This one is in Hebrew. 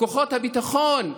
כוחות הביטחון,